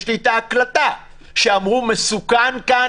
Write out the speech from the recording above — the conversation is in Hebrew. יש לי את ההקלטה שאמרו מסוכן כאן,